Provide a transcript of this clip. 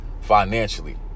financially